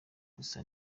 gusa